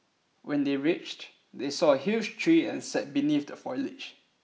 when they reached they saw a huge tree and sat beneath the foliage